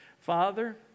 Father